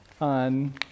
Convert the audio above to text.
on